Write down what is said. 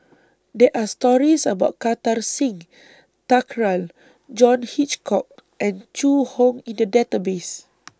There Are stories about Kartar Singh Thakral John Hitchcock and Zhu Hong in The Database